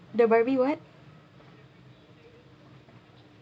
the barbie what